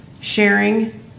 sharing